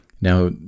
Now